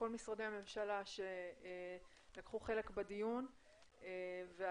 כל משרדי הממשלה שלקחו חלק בדיון ועלו